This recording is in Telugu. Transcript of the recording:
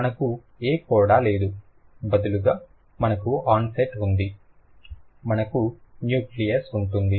మనకు ఏ కోడా లేదు బదులుగా మనకు ఆన్సెట్ ఉంది మనకు న్యూక్లియస్ ఉంటుంది